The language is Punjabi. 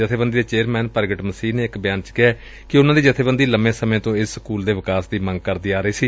ਜਬੇਬੰਦੀ ਦੇ ਚੇਅਰਮੈਨ ਪਰਗਟ ਮਸੀਹ ਨੇ ਇਕ ਬਿਆਨ ਚ ਕਿਹੈ ਕਿ ਉਨ੍ਹਾਂ ਦੀ ਜਬੇਬੰਦੀ ਲੰਬੇ ਸਮੇਂ ਤੋਂ ਇਸ ਸਕੁਲ ਦੇ ਵਿਕਾਸ ਦੀ ਮੰਗ ਕਰਦੀ ਆ ਰਹੀ ਸੀ